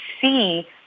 see